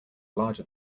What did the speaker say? larger